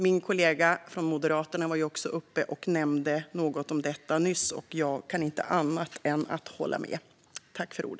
Min kollega från Moderaterna nämnde något om detta nyss, och jag kan inte annat än hålla med.